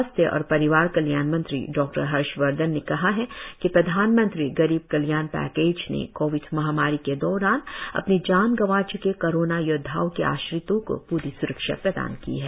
स्वास्थ्य और परिवार कल्याण मंत्री डॉ हर्षवर्धन ने कहा है कि प्रधानमंत्री गरीब कल्याण पैकेज ने कोविड महामारी के दौरान अपनी जान गंवा चुके कोरोना योद्वाओं के आश्रितों को पूरी स्रक्षा प्रदान की है